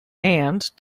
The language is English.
and